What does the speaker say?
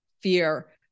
fear